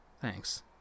Thanks